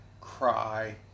cry